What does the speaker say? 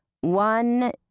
one